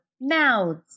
mouths